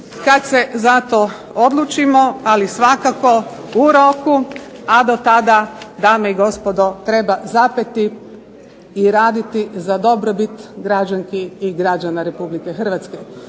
kad se za to odlučimo ali svakako u roku, a do tada dame i gospodo treba zapeti i raditi za dobrobit građanki i građana Republike Hrvatske.